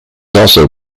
also